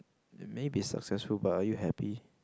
may be successful but are you happy